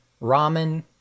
ramen